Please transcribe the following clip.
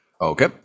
Okay